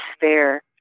despair